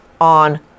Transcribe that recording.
on